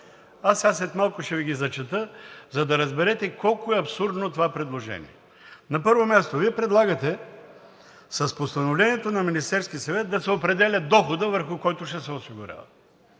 След малко ще Ви ги зачета, за да разберете колко е абсурдно това предложение. На първо място, Вие предлагате с постановлението на Министерския съвет да се определя доходът, върху който ще се осигуряват.